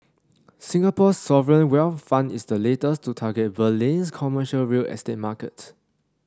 Singapore's sovereign wealth fund is the latest to target Berlin's commercial real estate market